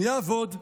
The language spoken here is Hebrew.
מי יעבוד?